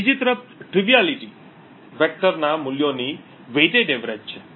બીજી તરફ તુચ્છતા વેક્ટરના મૂલ્યોની weighted averageસરેરાશ છે